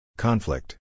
Conflict